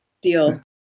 Deal